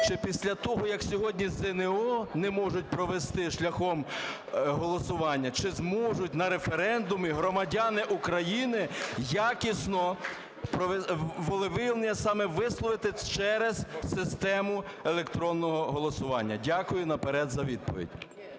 чи після того, як сьогодні ЗНО не можуть провести шляхом голосування, чи зможуть на референдумі громадяни України якісно волевиявлення саме висловити через систему електронного голосування? Дякую наперед за відповідь.